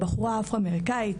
בחורה אפרו-אמריקאית,